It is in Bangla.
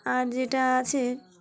আর যেটা আছে